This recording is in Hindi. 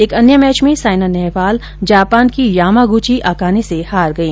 एक अन्यं मैच में सायना नेहवाल जापान की यामागुची अकाने से हार गई